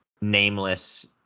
nameless